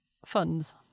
funds